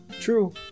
true